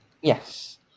Yes